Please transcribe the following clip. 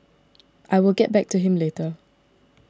I will get back to him later